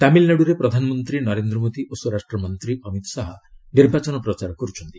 ତାମିଲନାଡୁରେ ପ୍ରଧାନମନ୍ତ୍ରୀ ନରେନ୍ଦ୍ର ମୋଦୀ ଓ ସ୍ୱରାଷ୍ଟ୍ରମନ୍ତ୍ରୀ ଅମିତ ଶାହା ନିର୍ବାଚନ ପ୍ରଚାର କରୁଛନ୍ତି